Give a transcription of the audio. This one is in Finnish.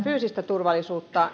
fyysistä turvallisuutta